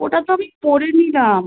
ওটা তো আমি পরে নিলাম